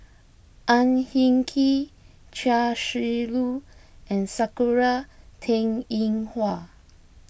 Ang Hin Kee Chia Shi Lu and Sakura Teng Ying Hua